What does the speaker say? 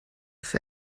für